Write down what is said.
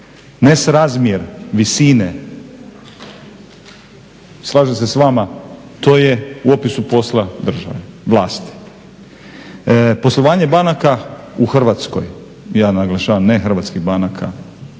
Nesrazmjer visine, slažem se s vama, to je u opisu države, vlasti. Poslovanje banaka u Hrvatskoj, ja naglašavam, ne hrvatskih banaka,